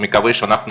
מקווה שאנחנו